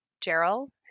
Gerald